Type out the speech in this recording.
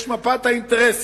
יש מפת אינטרסים.